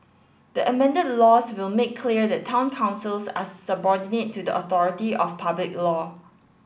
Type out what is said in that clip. the amended laws will make clear that town councils are subordinate to the authority of public law